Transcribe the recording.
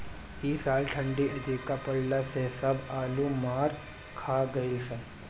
इ साल ठंडी अधिका पड़ला से सब आलू मार खा गइलअ सन